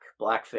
blackface